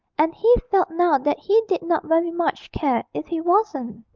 and he felt now that he did not very much care if he wasn't.